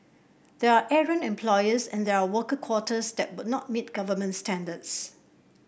there are errant employers and there are worker quarters that would not meet government standards